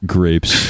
Grapes